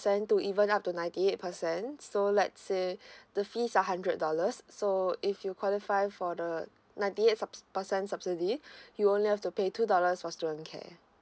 percent to even up to ninety eight percent so let say the fees are hundred dollars so if you qualify for the ninety eight subs~ percent subsidy you only have to pay two dollars for student care